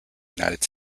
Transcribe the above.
united